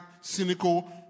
cynical